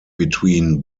between